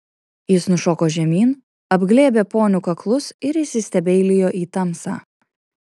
jis nušoko žemyn apglėbė ponių kaklus ir įsistebeilijo į tamsą